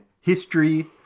history